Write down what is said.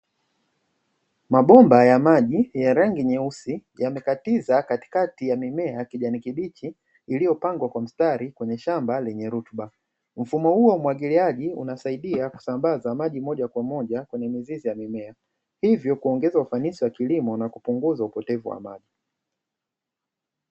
Mabomba ya maji ya rangi nyeusi yamekatiza katikati ya mimea ya kijani kibichi iliyopangwa kwa mstari kwenye shamba lenye rutuba. Mfumo huo wa umwagiliaji unasaidia kusambaza maji moja kwa moja kwenye mizizi ya mimea hivyo kuongeza ufanisi wa kilimo na kupunguza upotevu wa maji.